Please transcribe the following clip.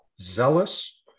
zealous